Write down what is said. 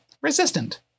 resistant